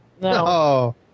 No